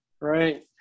Right